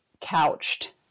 couched